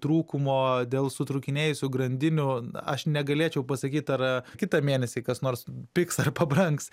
trūkumo dėl sutrūkinėjusių grandinių aš negalėčiau pasakyt ar kitą mėnesį kas nors pigs ar pabrangs